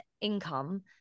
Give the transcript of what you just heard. income